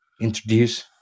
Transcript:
introduce